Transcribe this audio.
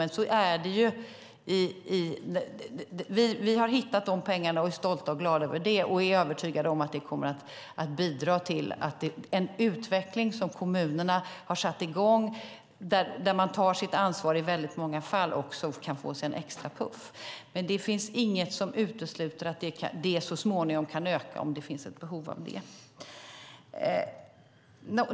Men vi är stolta och glada över de pengar vi har anslagit och är övertygade om att de kommer att bidra till att den utveckling som kommunerna har satt i gång och där man tar sitt ansvar i väldigt många fall får en extra puff. Det finns inget som utesluter att det så småningom kan bli mer om det finns ett behov av det.